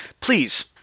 please